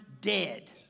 dead